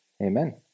Amen